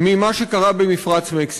ממה שקרה במפרץ מקסיקו.